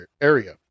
area